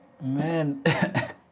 Man